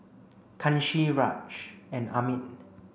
Kanshi Raj and Amit